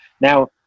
Now